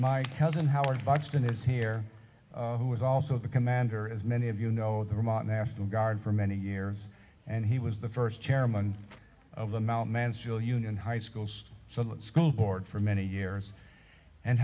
my cousin howard buxton is here who is also the commander as many of you know the remote national guard for many years and he was the first chairman of the mt mansell union high schools so that school board for many years and